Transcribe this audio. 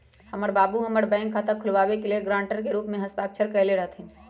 हमर बाबू हमर बैंक खता खुलाबे के लेल गरांटर के रूप में हस्ताक्षर कयले रहथिन